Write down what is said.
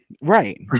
right